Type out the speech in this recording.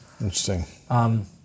Interesting